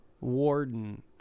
Warden